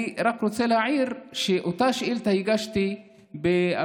אני רק רוצה להעיר שאותה שאילתה הגשתי ב-2018,